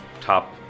top